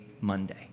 Monday